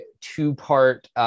two-part